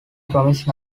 promise